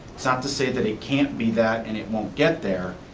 it's not to say that it can't be that and it won't get there,